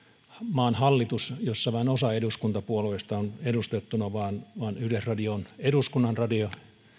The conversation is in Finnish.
maan hallitus jossa vain osa eduskuntapuolueista on edustettuna vaan vaan yleisradio on eduskunnan radio